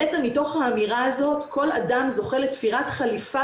בעצם מתוך האמירה הזאת כל אדם זוכה לתפירת חליפה